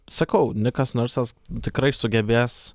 sakau nikas narsas tikrai sugebės